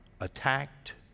attacked